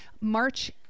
March